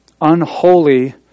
unholy